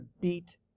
beat